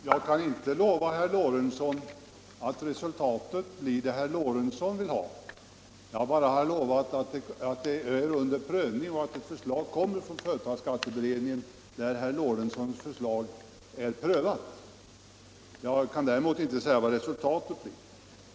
Herr talman! Jag kan inte lova herr Lorentzon att resultatet blir det som herr Lorentzon vill ha; jag har bara sagt att ärendet är under prövning. och att ett utlåtande kommer från företagsskatteberedningen när herr Lorentzons förslag är prövat. Däremot kan jag naturligtvis inte säga vad resultatet blir.